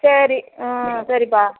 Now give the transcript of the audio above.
சரி ம் சரிப்பா